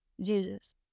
Jesus